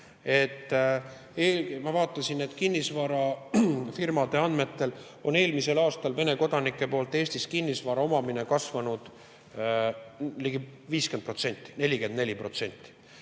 Ma vaatasin, et kinnisvarafirmade andmetel on eelmisel aastal Vene kodanike poolt Eestis kinnisvara omamine kasvanud ligi 50%, 44%.